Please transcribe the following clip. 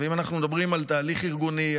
ואם אנחנו מדברים על תהליך ארגוני,